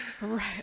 Right